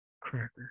cracker